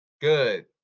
good